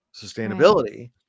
sustainability